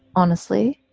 honestly.